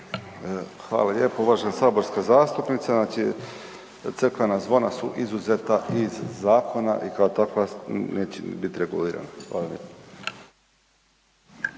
Hvala lijepo. Uvažena saborska zastupnice znači crkvena zvona su izuzeta iz zakona i kao takva neće ni biti regulirana. Hvala